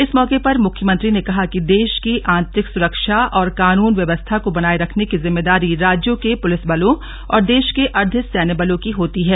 इस मौके पर मुख्यमंत्री ने कहा कि देश की आन्तरिक सुरक्षा और कानून व्यवस्था को बनाये रखने की जिम्मेदारी राज्यों के पुलिस बलों और देश के अर्द्ध सैन्य बलों की होती है